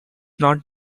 not